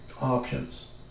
options